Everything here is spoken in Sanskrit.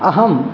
अहम्